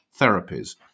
therapies